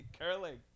curling